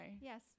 Yes